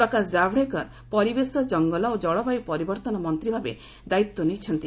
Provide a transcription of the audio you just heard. ପ୍ରକାଶ କାବଡେକର ପରିବେଶ ଜଙ୍ଗଲ ଓ ଜଳବାୟୁ ପରିବର୍ତ୍ତନ ମନ୍ତ୍ରୀ ଭାବେ ମଧ୍ୟ ଦାୟିତ୍ୱ ନେଇଛନ୍ତି